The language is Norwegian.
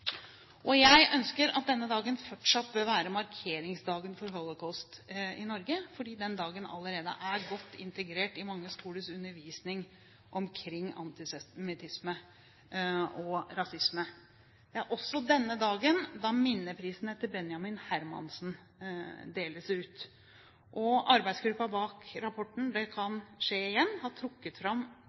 Jeg ønsker at denne dagen fortsatt bør være markeringsdagen for holocaust i Norge, fordi den dagen allerede er godt integrert i mange skolers undervisning omkring antisemittisme og rasisme. Det er også denne dagen minneprisen etter Benjamin Hermansen deles ut. Arbeidsgruppen bak rapporten «Det kan skje igjen» har trukket fram